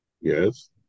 Yes